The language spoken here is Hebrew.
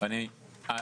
את הדו"ח.